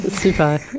Super